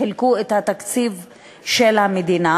וחילקו את התקציב של המדינה,